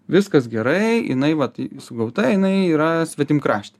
viskas gerai jinai vat sugauta jinai yra svetimkraštė